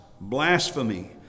blasphemy